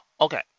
okay